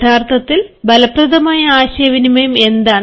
യഥാർത്ഥത്തിൽ ഫലപ്രദമായ ആശയവിനിമയം എന്താണ്